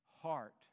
heart